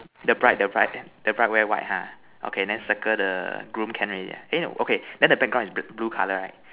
the bride the bride the bride wear white ha okay then circle the groom can already eh no then the background is blue color right